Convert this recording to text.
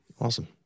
Awesome